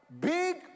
big